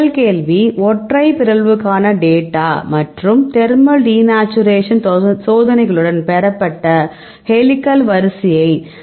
முதல் கேள்வி ஒற்றை பிறழ்வுக்கான டேட்டா மற்றும் தேர்மல் டிநேச்சுரேஷன் சோதனைகளுடன் பெறப்பட்ட ஹெலிகல் வரிசையை தேடுவது